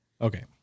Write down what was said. okay